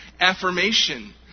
affirmation